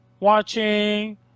Watching